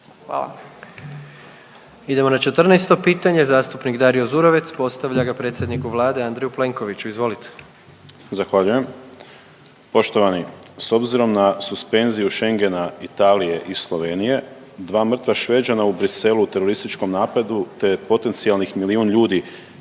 (HDZ)** Idemo na 14. pitanje zastupnik Dario Zurovec postavlja ga predsjedniku Vlade Andreju Plenkoviću, izvolite. **Zurovec, Dario (Fokus)** Zahvaljujem. Poštovani s obzirom na suspenziju Schengena, Italije i Slovenije dva mrtva Šveđana u Bruxellesu u terorističkom napadu, te potencijalnih milijun ljudi